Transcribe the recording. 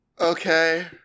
Okay